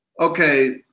okay